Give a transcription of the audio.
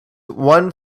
one